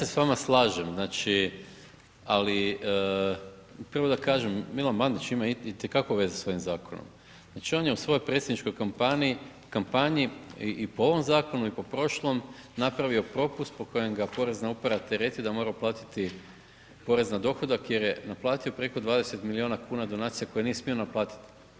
Ja se s vama slažem, znači ali prvo da kažem, Milan Bandić ima itekako veze sa ovim zakonom, znači on je u svojoj predsjedničkoj kampanji i po ovom zakonu i po prošlom, napravio propust po kojem ga Porezan uprava tereti da mora platiti porez na dohodak jer je naplatio preko 20 milijuna kuna donacija koje nije smio naplatiti.